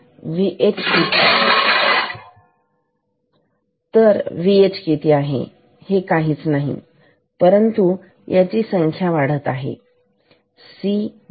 तर Vh किती आहे हे काहीच नाही परंतु त्यांची संख्या वाढत आहे CVxt